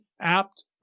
apt